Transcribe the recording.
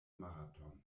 marathon